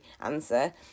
answer